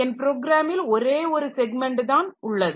என் ப்ரோகிராமில் ஒரே ஒரு ஸெக்மெண்ட் தான் உள்ளது